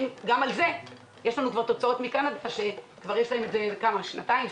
גם על זה האם יש תוצאות מקנדה שיש להם כמה שנים לפנינו,